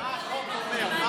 מה החוק אומר?